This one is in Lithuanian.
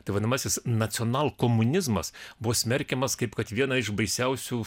tai vadinamasis nacionalkomunizmas buvo smerkiamas kaip kad viena iš baisiausių